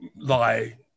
lie